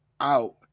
out